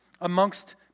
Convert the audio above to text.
amongst